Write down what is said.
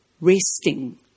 resting